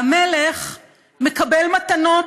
והמלך מקבל מתנות,